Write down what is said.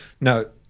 no